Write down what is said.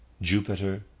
Jupiter